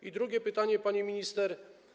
I drugie pytanie, pani minister.